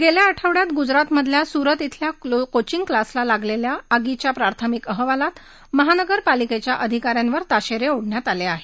गेल्या आठवड्यात गुजरातमधील सुरत इथं एका कोचिंग क्लासला लागलेल्या आगीच्या प्राथमिक अहवालात महानगरपालिकेच्या अधिकाऱ्यांवर ताशेरे ओढण्यात आले आहेत